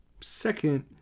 second